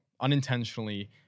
unintentionally